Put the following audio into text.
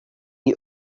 you